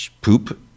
poop